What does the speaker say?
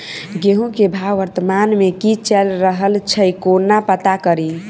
गेंहूँ केँ भाव वर्तमान मे की चैल रहल छै कोना पत्ता कड़ी?